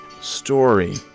story